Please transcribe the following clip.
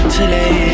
Today